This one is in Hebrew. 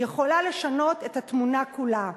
יכולה לשנות את התמונה כולה.